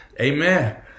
amen